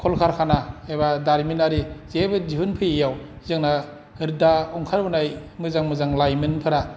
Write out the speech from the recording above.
कलकारखाना एबा दारिमिननारि जेबो दिहुनफैयैआव जोंना दा ओंखारबोनाय मोजां मोजां लाइमोनफ्रा